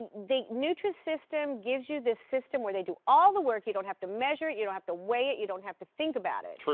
nutrisystem gives you this system where they do all the work. you don't have to measure it, you don't have to weigh it, you don't have to think about it.